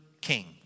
king